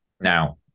now